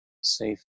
safe